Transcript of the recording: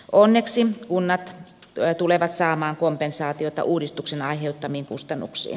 onneksi kunnat tulevat saamaan kompensaatiota uudistuksen aiheuttamiin kustannuksiin